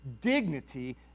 dignity